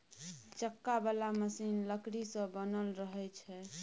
चक्का बला मशीन लकड़ी सँ बनल रहइ छै